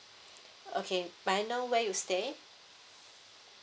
okay may I know where you stay